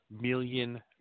million